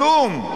כלום.